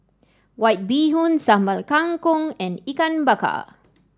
White Bee Hoon Sambal Kangkong and Ikan Bakar